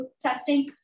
testing